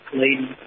lady